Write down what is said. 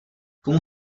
komu